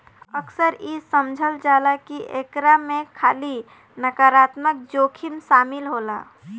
अक्सर इ समझल जाला की एकरा में खाली नकारात्मक जोखिम शामिल होला